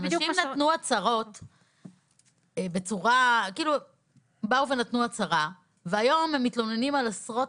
אנשים כבר דיווחו בעבר ועכשיו הם מתלוננים על עשרות